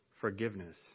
forgiveness